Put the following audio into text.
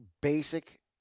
basic